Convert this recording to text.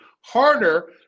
harder